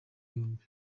yombi